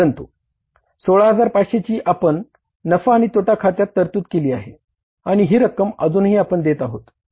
परंतु 16500 ची आपण नफा आणि तोटा खात्यात तरतूद केली आहे आणि ही रक्कम अजूनही आपण देणे आहोत